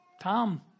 Tom